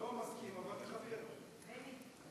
בני,